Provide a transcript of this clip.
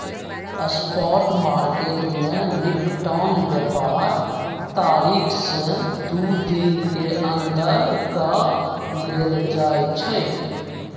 spot market में निपटान व्यापार तारीख से दू दिन के अंदर कऽ लेल जाइ छइ